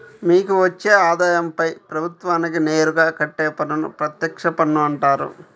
మీకు వచ్చే ఆదాయంపై ప్రభుత్వానికి నేరుగా కట్టే పన్నును ప్రత్యక్ష పన్ను అంటారు